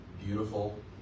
beautiful